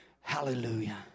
Hallelujah